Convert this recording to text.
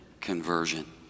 conversion